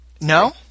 no